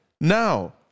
Now